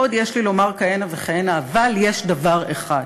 ועוד יש לי לומר כהנה וכהנה, אבל יש דבר אחד